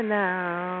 now